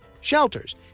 shelters